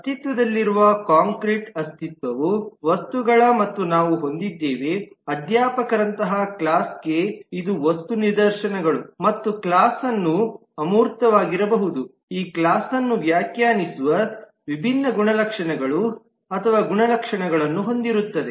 ಅಸ್ತಿತ್ವದಲ್ಲಿರುವ ಕಾಂಕ್ರೀಟ್ ಅಸ್ತಿತ್ವವು ವಸ್ತುಗಳು ಮತ್ತು ನಾವು ಹೊಂದಿದ್ದೇವೆ ಅಧ್ಯಾಪಕರಂತಹ ಕ್ಲಾಸ್ಕ್ಕೆ ಇದು ವಸ್ತು ನಿದರ್ಶನಗಳು ಮತ್ತು ಕ್ಲಾಸ್ವನ್ನು ಅಮೂರ್ತವಾಗಿರಬಹುದು ಈ ಕ್ಲಾಸ್ವನ್ನು ವ್ಯಾಖ್ಯಾನಿಸುವ ವಿಭಿನ್ನ ಗುಣಲಕ್ಷಣಗಳು ಅಥವಾ ಗುಣಲಕ್ಷಣಗಳನ್ನು ಹೊಂದಿರುತ್ತದೆ